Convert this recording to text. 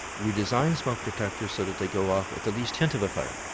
we design smoke detectors so that they go off at the least hint of a fire,